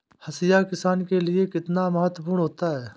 हाशिया किसान के लिए कितना महत्वपूर्ण होता है?